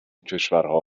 کشورها